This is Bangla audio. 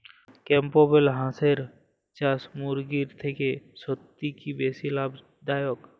ক্যাম্পবেল হাঁসের চাষ মুরগির থেকে সত্যিই কি বেশি লাভ দায়ক?